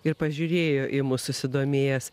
ir pažiūrėjo į mus susidomėjęs